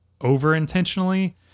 over-intentionally